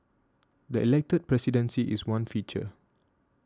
the elected presidency is one feature